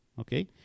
okay